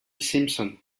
simpson